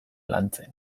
lantzen